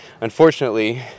unfortunately